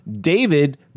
David